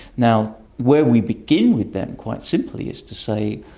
now where we begin with them quite simply is to say,